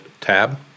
tab